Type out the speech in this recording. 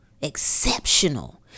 Exceptional